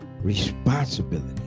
responsibility